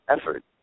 effort